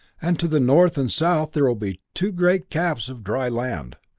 and to the north and south there will be two great caps of dry land.